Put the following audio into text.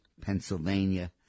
Pennsylvania